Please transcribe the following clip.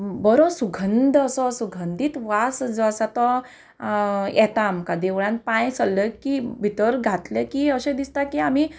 बरो सुगंध असो सुगंधीत वास जो आसा तो येता आमकां देवळांत पांय सरले की भितर घातले की अशें दिसता की आमी